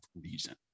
reason